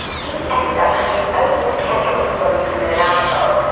he ended up coming over to kenya, which is where we flew in and out so of,